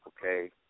okay